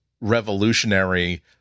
revolutionary